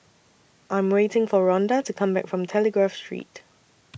I Am waiting For Ronda to Come Back from Telegraph Street